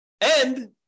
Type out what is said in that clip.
And-